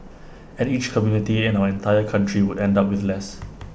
and each community and our entire country would end up with less